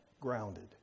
grounded